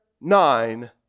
nine